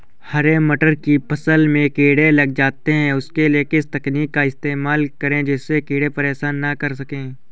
हरे मटर की फसल में कीड़े लग जाते हैं उसके लिए किस तकनीक का इस्तेमाल करें जिससे कीड़े परेशान ना कर सके?